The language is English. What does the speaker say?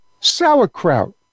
sauerkraut